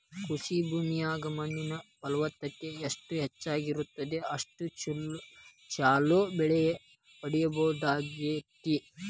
ಕೃಷಿ ಭೂಮಿಯಾಗ ಮಣ್ಣಿನ ಫಲವತ್ತತೆ ಎಷ್ಟ ಹೆಚ್ಚಗಿ ಇರುತ್ತದ ಅಷ್ಟು ಚೊಲೋ ಬೆಳಿನ ಪಡೇಬಹುದಾಗೇತಿ